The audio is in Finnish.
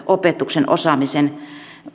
opetuksen osaamisen